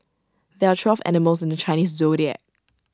there are twelve animals in the Chinese Zodiac